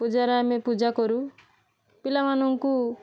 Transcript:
ପୂଜାରେ ଆମେ ପୂଜା କରୁ ପିଲାମାନଙ୍କୁ